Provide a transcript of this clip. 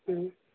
হুম